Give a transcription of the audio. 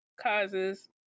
causes